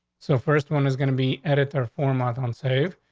so first one is going to be editor formats on save,